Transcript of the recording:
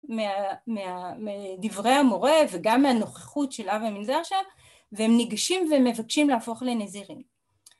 מדברי המורה וגם מהנוכחות של אב המנזר שם והם ניגשים ומבקשים להפוך לנזירים.